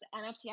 NFT